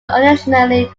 occasionally